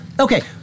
Okay